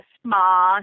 small